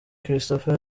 christopher